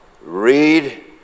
Read